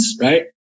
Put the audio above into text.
Right